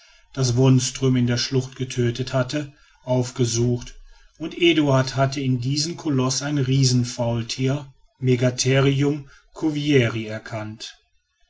das wonström in der schlucht getötete hatte aufgesucht und eduard hatte in diesem koloß ein riesenfaultier megatherium cuvieri erkannt